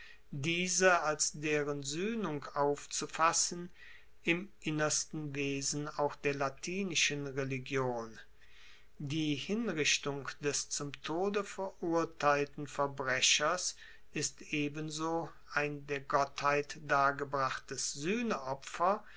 diese als deren suehnung aufzufassen im innersten wesen auch der latinischen religion die hinrichtung des zum tode verurteilten verbrechers ist ebenso ein der gottheit dargebrachtes